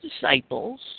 disciples